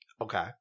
Okay